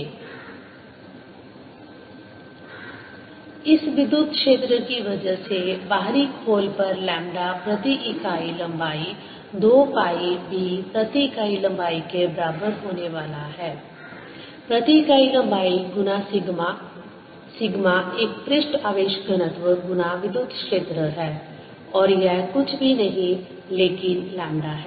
Einnercylindersurface02adKdt Eoutercylindersurface02bdKdt इस विद्युत क्षेत्र की वजह से बाहरी खोल पर लैम्ब्डा प्रति इकाई लंबाई 2 पाई b प्रति इकाई लंबाई के बराबर होने वाली है प्रति इकाई लंबाई गुना सिग्मा सिग्मा एक पृष्ठ आवेश घनत्व गुना विद्युत क्षेत्र है और यह कुछ भी नहीं लेकिन लैम्ब्डा है